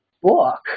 book